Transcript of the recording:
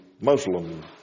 Muslim